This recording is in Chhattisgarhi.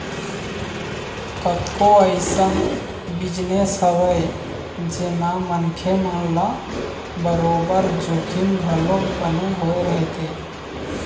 कतको अइसन बिजनेस हवय जेमा मनखे मन ल बरोबर जोखिम घलोक बने होय रहिथे